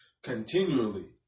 continually